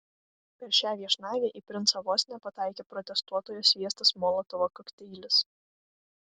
per šią viešnagę į princą vos nepataikė protestuotojo sviestas molotovo kokteilis